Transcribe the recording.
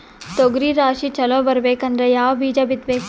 ತೊಗರಿ ರಾಶಿ ಚಲೋ ಬರಬೇಕಂದ್ರ ಯಾವ ಬೀಜ ಬಿತ್ತಬೇಕು?